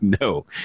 no